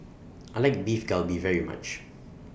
I like Beef Galbi very much